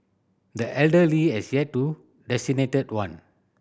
the elder Lee has yet to designate one